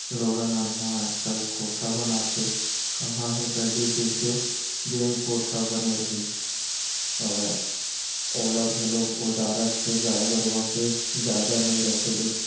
लोगन मन ह आजकल कोठा बनाते काँहा हे पहिली जइसे जेन कोठा बने रिहिस हवय ओला घलोक ओदरात हे गाय गरुवा के जादा नइ रखे ले